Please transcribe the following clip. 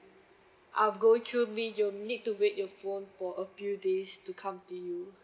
are go through me you'll need to wait your phone for a few days to come to you